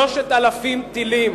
3,000 טילים